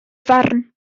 farn